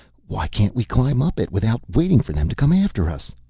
why can't we climb up it without waiting for them to come after us?